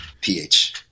pH